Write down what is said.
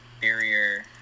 barrier